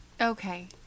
okay